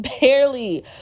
barely